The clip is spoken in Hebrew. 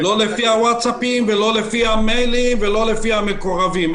לא לפי תכתובות ווצאפ ולא לפי מיילים ולא לפי מקורבים.